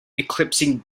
eclipsing